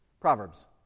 Proverbs